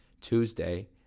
Tuesday